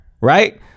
right